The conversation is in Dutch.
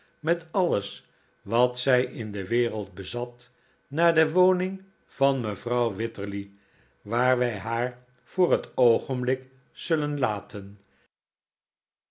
met alles wat zij in de wereld beza t naar de woning van mevrouw wititterly waar wij haar voor het oog'enblik zullen laten